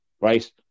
right